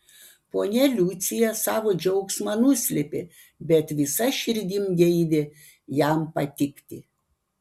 ponia liucija savo džiaugsmą nuslėpė bet visa širdim geidė jam patikti